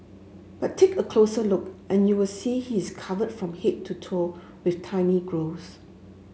but take a closer look and you will see he is covered from to toe with tiny growths